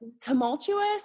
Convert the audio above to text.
tumultuous